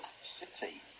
City